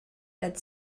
that